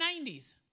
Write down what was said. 90s